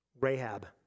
Rahab